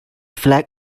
flag